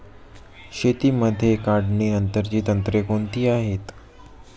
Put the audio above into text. शेतीमध्ये काढणीनंतरची तंत्रे कोणती आहेत?